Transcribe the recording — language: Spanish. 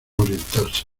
orientarse